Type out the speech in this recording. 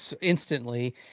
instantly